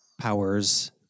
powers